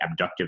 abductive